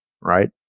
right